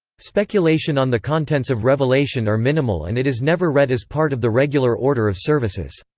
speculation on the contents of revelation are minimal and it is never read as part of the regular order of services.